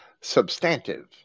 substantive